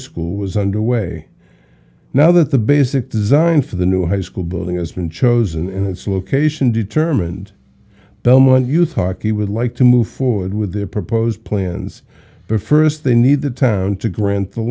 school was underway now that the basic design for the new high school building has been chosen and its location determined belmont you thought he would like to move forward with their proposed plans first they need the town to grant the